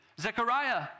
Zechariah